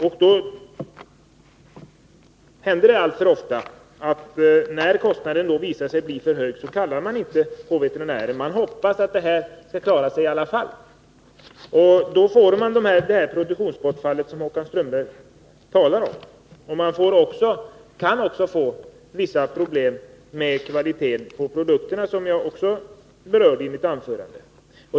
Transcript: När det visar sig att kostnaden blir för hög händer det alltför ofta att han inte kallar på veterinären utan hoppas att det skall gå bra i alla fall. Då uppkommer det produktionsbortfall som Håkan Strömberg talar om. Det kan också bli vissa problem med kvaliteten på produkterna, som jag också berörde i mitt anförande.